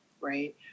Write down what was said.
right